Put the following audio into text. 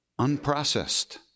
unprocessed